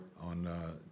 on